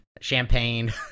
champagne